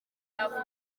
avuga